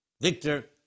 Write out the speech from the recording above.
victor